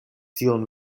tion